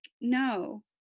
no